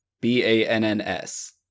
B-A-N-N-S